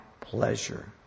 pleasure